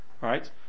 right